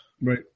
Right